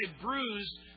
bruised